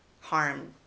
harm